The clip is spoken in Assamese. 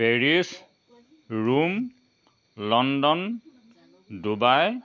Paris Rome London Dubai